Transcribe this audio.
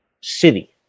city